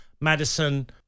Madison